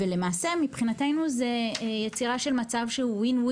למעשה מבחינתנו זה יצירה של מצב שהוא WIN WIN